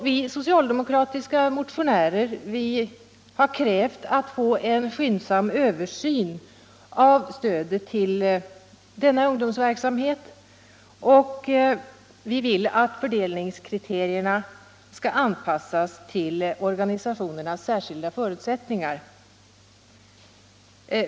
Vi motionärer har krävt en skyndsam översyn av stödet till denna ungdomsverksamhet och vi vill att fördelningskriterierna skall anpassas till dessa organisationers särskilda förutsättningar.